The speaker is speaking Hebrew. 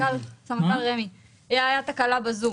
סמנכ"ל רשות מקרקעי ישראל, הייתה תקלה בזום